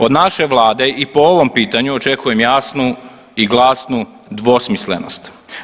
Od naše vlade i po ovom pitanju očekujem jasnu i glasnu dvosmislenost.